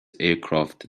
aircraft